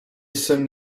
jsem